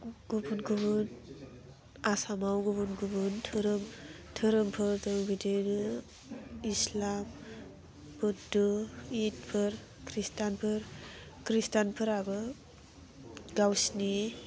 गुबुन गुबुन आसामाव गुबुन गुबुन दोहोरोम दोहोरोमफोर दं बिदिनो इस्लाम बुध्दु इदफोर ख्रिष्टानफोर ख्रिष्टानफोराबो गावसिनि